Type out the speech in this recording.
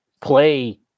play